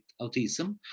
autism